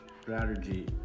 strategy